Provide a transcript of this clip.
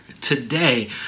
today